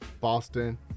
Boston